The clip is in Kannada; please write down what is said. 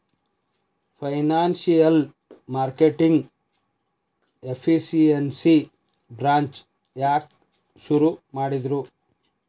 ಫೈನಾನ್ಸಿಯಲ್ ಮಾರ್ಕೆಟಿಂಗ್ ಎಫಿಸಿಯನ್ಸಿ ಬ್ರಾಂಚ್ ಯಾಕ್ ಶುರು ಮಾಡಿದ್ರು?